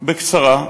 בקצרה,